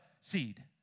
seed